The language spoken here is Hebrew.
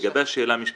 לגבי השאלה המשפטית,